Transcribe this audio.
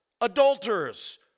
adulterers